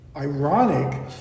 Ironic